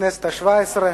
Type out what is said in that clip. בכנסת השבע-עשרה.